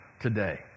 today